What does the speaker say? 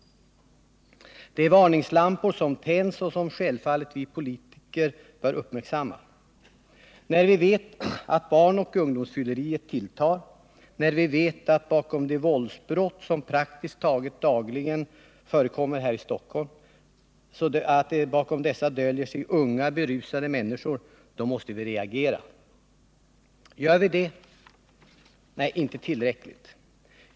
Det är varningslampor som tänds och som självfallet vi politiker bör uppmärksamma. När vi vet att barnoch ungdomsfylleriet tilltar, när vi vet att bakom de våldsbrott som praktiskt taget dagligen förekommer här i Stockholm döljer sig unga berusade människor, då måste vi reagera. Gör vi det? Nej, inte tillräckligt.